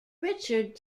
richard